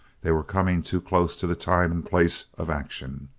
they were coming too close to the time and place of action.